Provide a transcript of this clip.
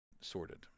sorted